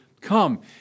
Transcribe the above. Come